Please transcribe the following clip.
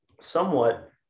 somewhat